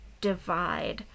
divide